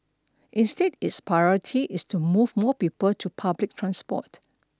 instead its priority is to move more people to public transport